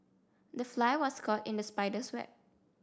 the fly was caught in the spider's web